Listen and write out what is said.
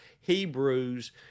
Hebrews